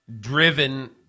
driven